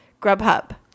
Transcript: Grubhub